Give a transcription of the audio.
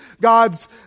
God's